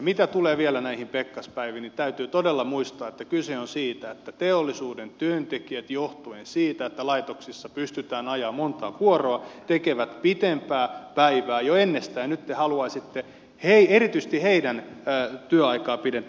mitä tulee vielä näihin pekkaspäiviin niin täytyy todella muistaa että kyse on siitä että teollisuuden työntekijät johtuen siitä että laitoksissa pystytään ajamaan montaa vuoroa tekevät pitempää päivää jo ennestään ja nyt te haluaisitte erityisesti heidän työaikaansa pidentää